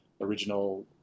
original